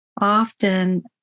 often